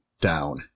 down